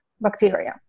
bacteria